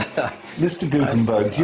mr gutenberg,